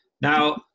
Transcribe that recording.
now